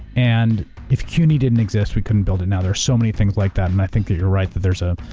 and if cuny didn't exist, we couldn't build another. so many things like that and i think that you're right, that there's a,